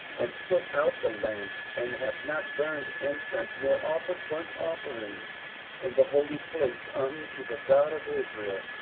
and put out the lamps, and have not burned incense nor offered burnt offerings in the holy place unto the god of israel.